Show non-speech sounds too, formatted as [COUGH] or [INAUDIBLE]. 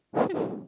[LAUGHS]